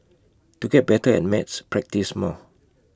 to get better at maths practise more